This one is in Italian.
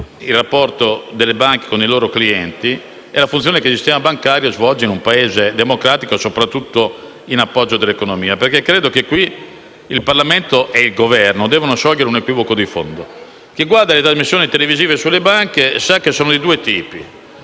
il rapporto delle banche con i propri clienti e la funzione che il sistema bancario svolge in un Paese democratico e soprattutto in appoggio all'economia. Credo infatti che il Parlamento e il Governo debbano sciogliere un equivoco di fondo riguardo alle trasmissioni televisive sulle banche. Ve ne sono infatti